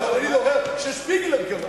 הוא אמר ששפיגלר, אבל, אומר ששפיגלר כבש.